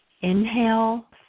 inhale